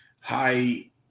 high